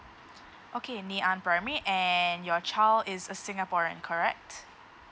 okay ngee ann primary and your child is a singaporean correct